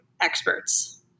experts